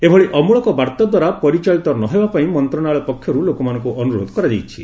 ଏଭଳି ଅମଳକ ବାର୍ତ୍ତା ଦ୍ୱାରା ପରିଚାଳିତ ନ ହେବା ପାଇଁ ମନ୍ତ୍ରଣାଳୟ ପକ୍ଷରୁ ଲୋକମାନଙ୍କୁ ଅନୁରୋଧ କରାଯାଇଛି